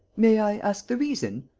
may i ask the reason?